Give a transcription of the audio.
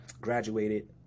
graduated